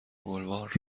بلوار